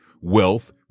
wealth